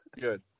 Good